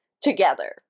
together